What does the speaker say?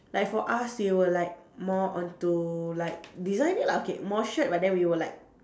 like for us they were like more onto like designing lah okay more shirt but then we were like